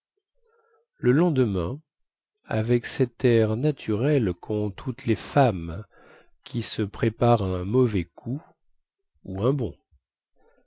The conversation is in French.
le lendemain avec cet air naturel quont toutes les femmes qui se préparent à un mauvais coup ou un